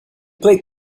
played